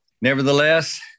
Nevertheless